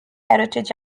heritage